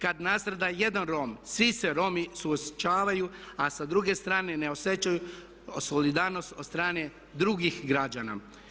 Kad nastrada jedan Rom svi se Romi suosjećaju a sa druge strane ne osjećaju solidarnost od strane drugih građana.